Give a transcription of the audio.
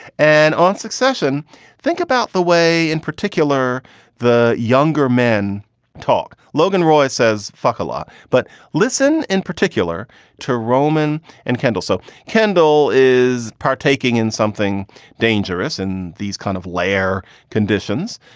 and on succession think about the way in particular the younger men talk. logan roy says fuck a lot, but listen in particular to roman and kendall. so kendall is partaking in something dangerous and these kind of labor conditions.